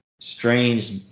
strange